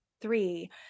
three